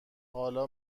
حالا